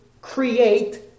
create